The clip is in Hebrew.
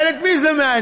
אבל את מי זה מעניין?